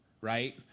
Right